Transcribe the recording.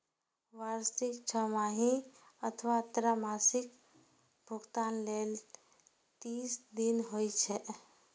वार्षिक, छमाही अथवा त्रैमासिक भुगतान लेल तीस दिन होइ छै